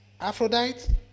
Aphrodite